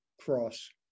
cross